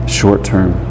short-term